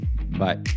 Bye